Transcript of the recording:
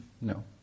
No